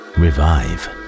revive